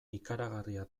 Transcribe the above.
ikaragarria